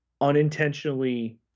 unintentionally